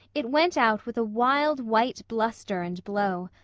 it went out with a wild, white bluster and blow.